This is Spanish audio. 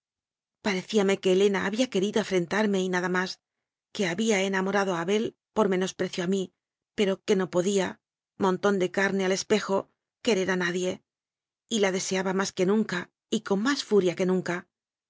parecíame que helena había querido afrentarme y nada más que había enatnorado a abel por menosprecio a mí pero que no podía montón de carne al espejo querer a nadie y la deseaba más que nunca y con más furia que nunca